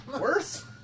Worse